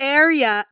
area